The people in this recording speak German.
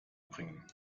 bringen